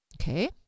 Okay